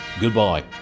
goodbye